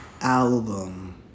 album